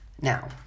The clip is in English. Now